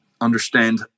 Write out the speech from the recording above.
understand